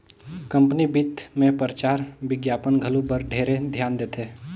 company बित मे परचार बिग्यापन घलो बर ढेरे धियान देथे